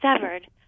severed